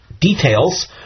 details